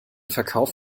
verkauf